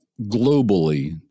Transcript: globally